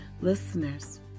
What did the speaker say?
Listeners